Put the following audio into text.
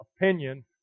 opinion